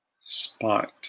Spot